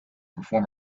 perform